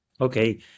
okay